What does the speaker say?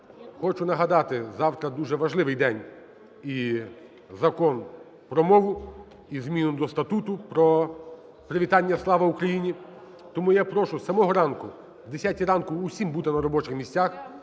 Хочу нагадати, завтра дуже важливий день. І Закон про мову, і зміни до Статуту про привітання "Слава Україні". Тому я прошу з самого ранку, о 10-й ранку, всім бути на робочих місцях